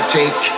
take